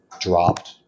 dropped